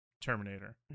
Terminator